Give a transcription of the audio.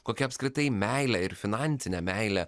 kokia apskritai meilė ir finansinė meilė